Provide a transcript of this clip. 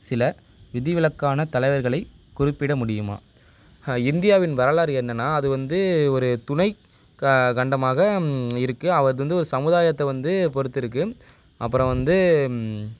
சில விதிவிலக்கான தலைவர்களை குறிப்பிட முடியுமா ஹா இந்தியாவின் வரலாறு என்னன்னா அது வந்து ஒரு துணை கா கண்டமாக இருக்குது ஆவ் அது வந்து ஒரு சமுதாயத்தை வந்து பொறுத்திருக்குது அப்புறம் வந்து